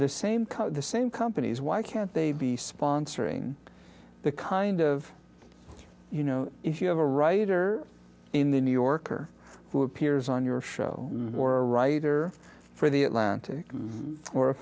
the same cut the same companies why can't they be sponsoring the kind of you know if you have a writer in the new yorker who appears on your show or a writer for the atlantic or a